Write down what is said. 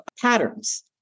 patterns